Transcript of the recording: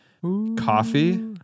Coffee